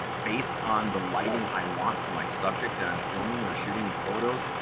based on the lighting i want for my subject that i'm filming or shooting with photos,